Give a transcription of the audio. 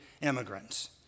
immigrants